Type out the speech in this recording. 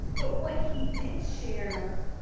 but what he did share